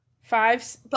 Five